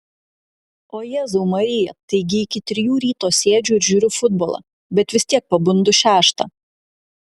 o jėzau marija taigi iki trijų ryto sėdžiu ir žiūriu futbolą bet vis tiek pabundu šeštą